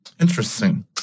Interesting